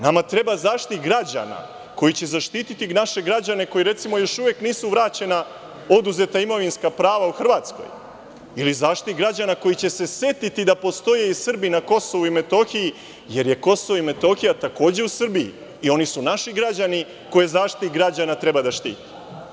Nama treba Zaštitnik građana koji će zaštiti naše građane kojima, recimo, još uvek nisu vraćena oduzeta imovinska prava u Hrvatskoj, ili Zaštitnik građana koji će se setiti da postoje Srbi na Kosovu i Metohiji, jer je Kosovo i Metohija takođe u Srbiji i oni su naši građani koje Zaštitnik građana treba da štiti.